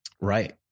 right